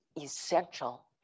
essential